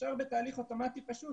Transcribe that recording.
אפשר בתהליך אוטומטי פשוט,